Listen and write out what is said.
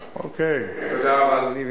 אדוני,